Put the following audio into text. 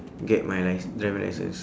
get my licence driving licence